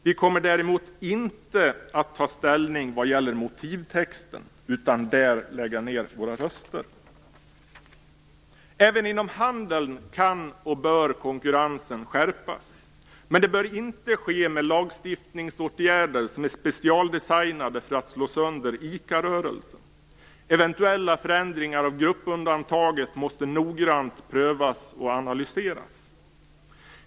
Vi kommer däremot inte att ta ställning vad gäller motivtexten utan kommer där att lägga ned våra röster. Även inom handeln kan och bör konkurrensen skärpas. Men det bör inte ske med lagstiftningsåtgärder som är specialdesignade för att slå sönder ICA rörelsen. Eventuella förändringar av gruppundantaget måste noggrant prövas och analyseras.